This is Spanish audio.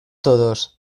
todos